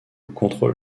contre